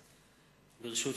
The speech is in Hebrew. היום,